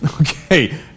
Okay